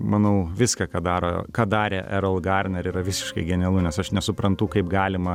manau viską ką daro ką darė erol garner yra visiškai genialu nes aš nesuprantu kaip galima